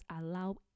allow